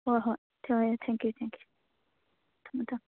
ꯍꯣ ꯍꯣꯏ ꯊꯝꯃꯦ ꯊꯦꯡꯛ ꯌꯨ ꯊꯦꯡꯛ ꯌꯨ ꯊꯝꯃꯣ ꯊꯝꯃꯣ